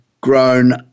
grown